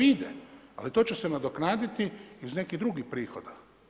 Ide, ali to će se nadoknaditi iz nekih drugih prihoda.